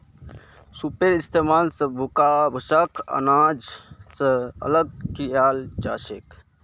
सूपेर इस्तेमाल स भूसाक आनाज स अलग कियाल जाछेक